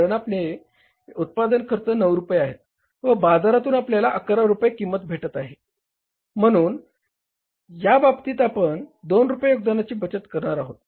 कारण आपले उत्पादन खर्च 9 रुपये आहेत व बाजारातून आपल्याला 11 रुपये किंमत भेटत आहे म्हनुन या बाबतीत आपण 2 रुपये योगदानाची बचत करणार आहोत